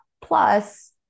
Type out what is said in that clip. Plus